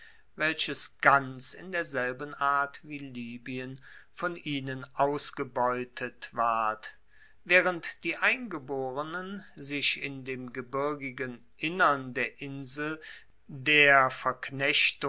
welches ganz in derselben art wie libyen von ihnen ausgebeutet ward waehrend die eingeborenen sich in dem gebirgigen innern der insel der